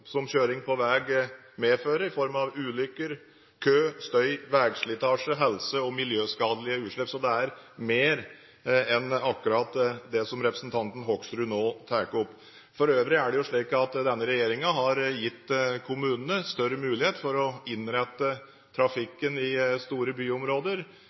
som kjøring på veg medfører i form av ulykker, kø, støy, vegslitasje, helse- og miljøskadelige utslipp. Så det er mer enn akkurat det som representanten Hoksrud nå tar opp. For øvrig er det slik at denne regjeringen har gitt kommunene større mulighet for å innrette trafikken i store byområder